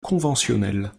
conventionnelle